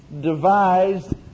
devised